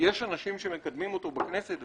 שיש אנשים שמקדמים אותו בכנסת.